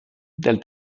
del